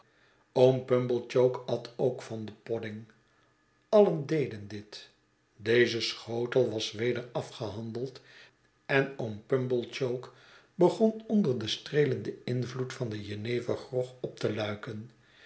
oom pumblechook at ook van den podding alien deden dit deze schotel was weder afgehandeld en oom pumblechook begon onder den streelenden invloed van den jenevergrog op te luiken